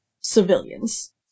civilians